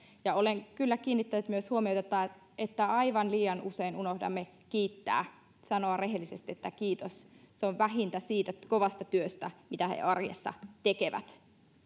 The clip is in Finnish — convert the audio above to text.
olen kyllä kiinnittänyt myös huomiota siihen että aivan liian usein unohdamme kiittää sanoa rehellisesti kiitos se on vähintä siitä kovasta työstä mitä he arjessa tekevät